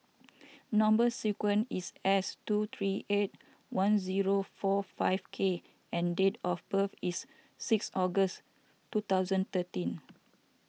Number Sequence is S two three eight one zero four five K and date of birth is six August two thousand thirteen